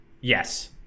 Yes